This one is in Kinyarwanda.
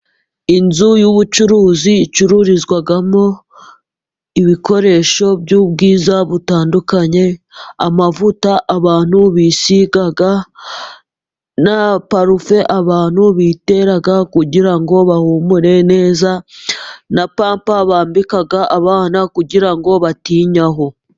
Inzu y'ubucuruzi icururizwamo ibikoresho by'ubwiza butandukanye, amavuta abantu bisiga na parufe abantu bitera kugira ngo bahumure neza, na pampa bambika abana, kugira ngo batinnyaho.